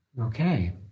Okay